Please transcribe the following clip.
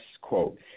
quote